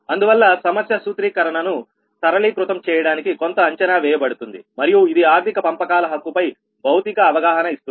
అందువల్ల సమస్య సూత్రీకరణను సరళీకృతం చేయడానికి కొంత అంచనా వేయబడుతుంది మరియు ఇది ఆర్థిక పంపకాల హక్కుపై భౌతిక అవగాహన ఇస్తుంది